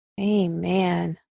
Amen